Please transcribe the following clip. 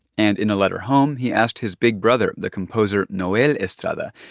and in a letter home, he asked his big brother, the composer noel estrada,